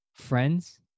friends